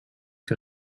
que